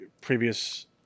previous